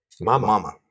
mama